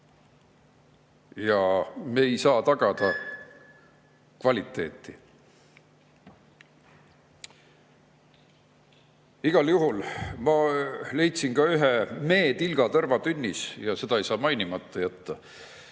Ja me ei saa tagada kvaliteeti. Igal juhul leidsin ma ka ühe meetilga tõrvatünnis ja seda ei saa mainimata jätta.